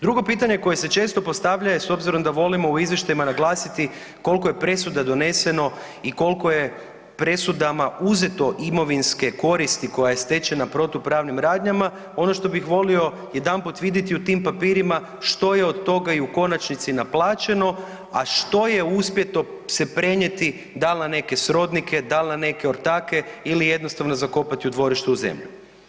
Drugo pitanje koje se često postavlja je s obzirom da volimo u izvještajima naglasiti koliko je presuda doneseno i koliko je presudama uzeto imovinske koristi koja je stečena protupravnim radnjama, ono što bih volio jedanput vidjeti u tim papirima što je od toga i u konačnici naplaćeno, a što je uspjeto se prenijeti da li na neke srodnike, da li na neke ortake ili jednostavno zakopati u dvorište u zemlju.